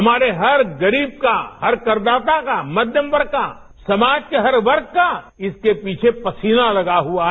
हमारे हर गरीब का हर करदाता का मध्यम वर्ग का समाज के हर वर्ग का इसके पसीना लगा हुआ है